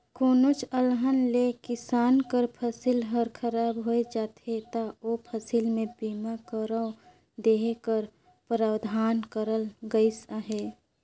कोनोच अलहन ले किसान कर फसिल हर खराब होए जाथे ता ओ फसिल में बीमा कवर देहे कर परावधान करल गइस अहे